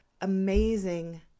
amazing